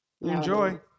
Enjoy